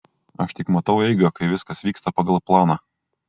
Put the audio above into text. aš tik matau eigą kai viskas vyksta pagal planą